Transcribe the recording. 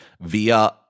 via